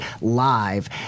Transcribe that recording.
live